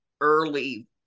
early